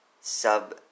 sub